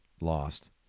lost